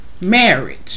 marriage